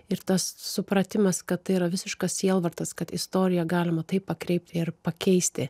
ir tas supratimas kad tai yra visiškas sielvartas kad istoriją galima taip pakreipti ir pakeisti